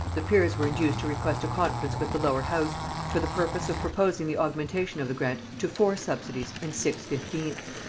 the peers were induced to request a conference with the lower house for the purpose of proposing the augmentation of the grant to four subsidies and six fifteenths.